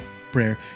prayer